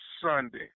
Sunday